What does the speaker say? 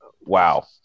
wow